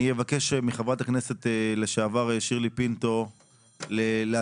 אני אבקש מחברת הכנסת לשעבר שירלי פינטו להשלים